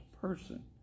person